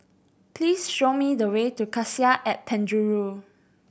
please show me the way to Cassia at Penjuru